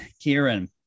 kieran